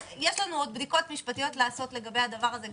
עוד בדיקות משפטיות לעשות לגבי הדבר הזה,